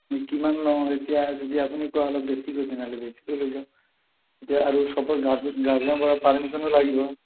এনে কিমান লওঁ এতিয়া যদি আপুনি কোৱা অলপ বেছিকৈ তেনেহ'লে বেছিকৈ লৈ যাম এতিয়া আৰু চবৰ গাৰ্জেনৰ পৰা পাৰ্মিচনো লাগিব